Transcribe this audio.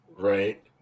right